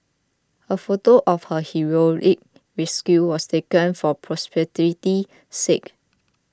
a photo of her heroic rescue was taken for posterity's sake